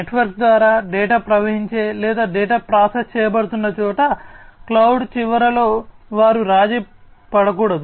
network ద్వారా data ప్రవహించే లేదా డేటా ప్రాసెస్ చేయబడుతున్న చోట క్లౌడ్ చివరలో వారు రాజీపడకూడదు